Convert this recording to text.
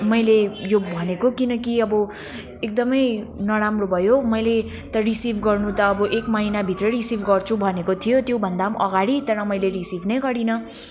मैले यो भनेको किनकि अब एकदमै नराम्रो भयो मैले त रिसिभ गर्नु त अब एक महिनाभित्रै रिसिभ गर्छु भनेको थियो त्यो भन्दा पनि अगाडि तर मैले रिसिभ नै गरिनँ